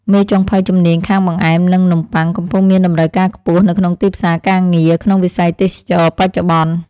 មេចុងភៅជំនាញខាងបង្អែមនិងនំបុ័ងកំពុងមានតម្រូវការខ្ពស់នៅក្នុងទីផ្សារការងារក្នុងវិស័យទេសចរណ៍បច្ចុប្បន្ន។